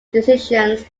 decisions